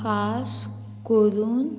खास करून